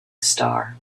star